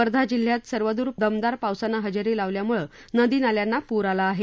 वर्धा जिल्ह्यात सर्वद्र दमदार पावसाने हजेरी लावल्यामूळे नदी नाल्यांना पूर आला आहे